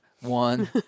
One